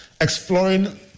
exploring